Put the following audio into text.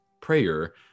Prayer